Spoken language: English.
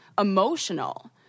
emotional